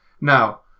Now